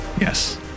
Yes